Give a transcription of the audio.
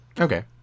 Okay